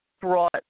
brought